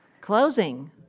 Closing